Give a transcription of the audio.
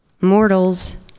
mortals